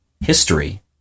history